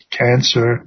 cancer